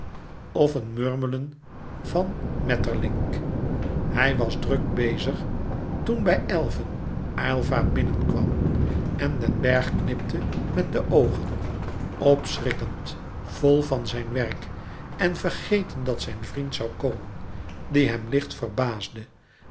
of een murmelen van maeterlinck hij was druk bezig toen bij elven aylva binnenkwam en den bergh knipte met de oogen opschrikkend vol van zijn werk en vergeten dat zijn vriend zoû komen die hem licht verbaasde